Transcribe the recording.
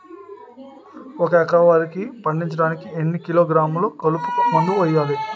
ఒక ఎకర వరి పండించటానికి ఎన్ని కిలోగ్రాములు కలుపు మందు వేయాలి?